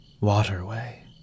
waterway